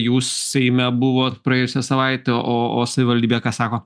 jūs seime buvot praėjusią savaitę o o savivaldybė ką sako